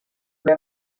play